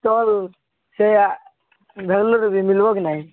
stall ସେୟା ବେଙ୍ଗାଲୁରୁରେ ବି ମିଳିବ କି ନାହିଁ